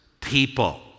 people